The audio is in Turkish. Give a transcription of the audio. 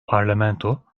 parlamento